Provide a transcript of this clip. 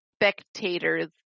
spectators